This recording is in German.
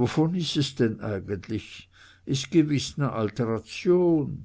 wovon is es denn eigentlich is gewiß ne altration